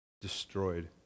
destroyed